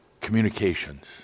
communications